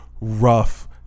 rough